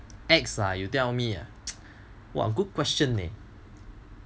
ex ah you tell me !wah! good question leh